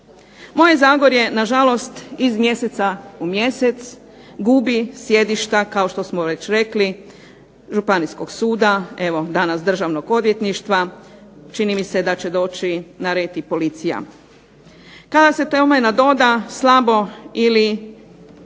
Moje Zagorje nažalost iz mjeseca u mjesec gubi sjedišta kao što smo već rekli županijskog suda, evo danas državnog odvjetništva, čini mi se da će doći na red i policija. Kada se tome nadoda slabo ili